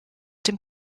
dem